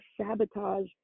sabotage